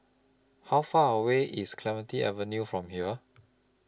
How Far away IS Clementi Avenue from here